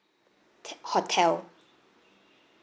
K hotel